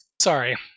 Sorry